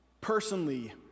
Personally